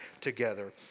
together